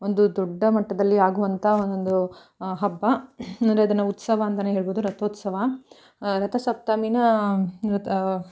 ಒಂದು ದೊಡ್ಡ ಮಟ್ಟದಲ್ಲಿ ಆಗುವಂಥ ಒಂದು ಹಬ್ಬ ಅಂದರೆ ಅದನ್ನು ಉತ್ಸವ ಅಂತಲೇ ಹೇಳ್ಬೋದು ರಥೋತ್ಸವ ರಥ ಸಪ್ತಮಿನ ಒಂದು ತ